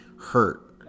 hurt